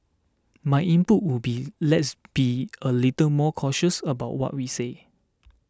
my input would be let's be a little more cautious about what we say